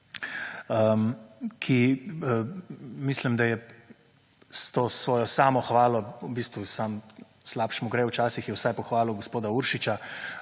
ki mislim, da je s to svojo samohvalo samo slabše mu gre, včasih je vsaj pohvalil gospoda Uršiča